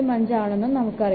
05 ആണെന്നും നമുക്കറിയാം